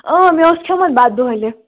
مےٚ اوس کھٮ۪ومُت بتہٕ دۄہلہِ